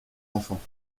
enfants